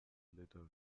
letter